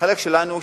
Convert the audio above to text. החלק שלנו,